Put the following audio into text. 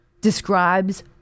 describes